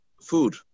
food